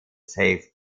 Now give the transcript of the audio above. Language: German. safe